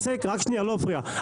רק שנייה, לא להפריע.